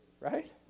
Right